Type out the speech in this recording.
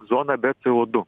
zona be c o du